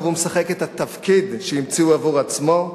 הוא משחק את התפקיד שהמציא הוא עבור עצמו,